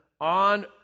on